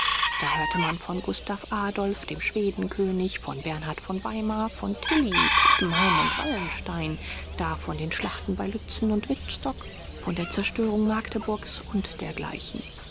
da hörte man von gustav adolf dem schwedenkönig von bernhard von weimar von tilly pappenheim und wallenstein da von den schlachten bei lützen und wittstock von der zerstörung magdeburgs und dergleichen